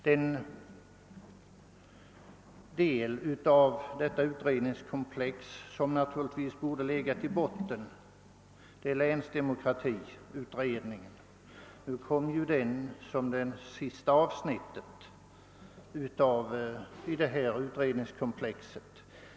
Den del av detta utredningskomplex som borde ha legat i botten är länsdemokratiutredning en. Nu kommer denna som det sista avsnittet av komplexet.